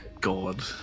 God